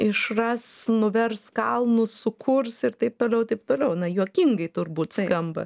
išras nuvers kalnus sukurs ir taip toliau taip toliau na juokingai turbūt skamba